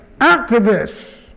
Activists